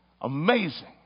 Amazing